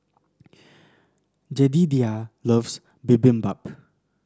Jedidiah loves Bibimbap